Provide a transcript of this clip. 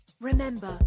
Remember